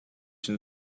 une